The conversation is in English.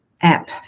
app